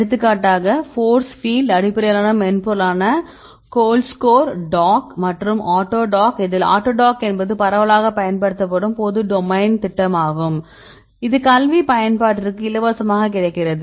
எடுத்துக்காட்டாக force field அடிப்படையிலான மென்பொருளான கோல்ட்ஸ்கோர் டாக் மற்றும் ஆட்டோடாக் இதில் ஆட்டோடாக் என்பது பரவலாகப் பயன்படுத்தப்படும் பொது டொமைன் திட்டமாகும் இது கல்வி பயன்பாட்டிற்கு இலவசமாகக் கிடைக்கிறது